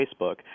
Facebook